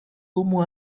como